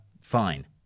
Fine